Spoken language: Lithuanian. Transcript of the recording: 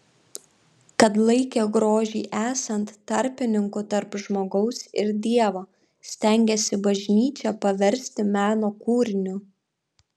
kad laikė grožį esant tarpininku tarp žmogaus ir dievo stengėsi bažnyčią paversti meno kūriniu